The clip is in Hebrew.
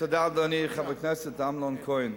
תודה, אדוני חבר הכנסת אמנון כהן.